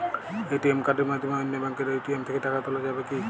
ATM কার্ডের মাধ্যমে অন্য ব্যাঙ্কের এ.টি.এম থেকে টাকা তোলা যাবে কি?